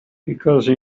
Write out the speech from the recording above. because